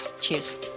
Cheers